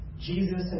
Jesus